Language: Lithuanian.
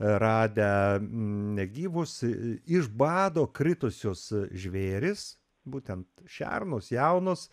radę negyvus iš bado kritusius žvėris būtent šernus jaunus